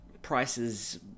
Prices